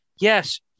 Yes